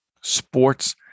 sports